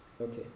okay